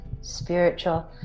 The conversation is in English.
spiritual